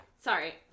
Sorry